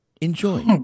Enjoy